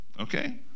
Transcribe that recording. Okay